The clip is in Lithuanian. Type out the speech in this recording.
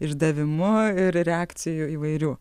išdavimu ir reakcijų įvairių